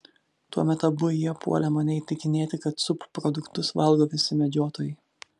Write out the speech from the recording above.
tuomet abu jie puolė mane įtikinėti kad subproduktus valgo visi medžiotojai